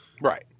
right